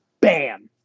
bam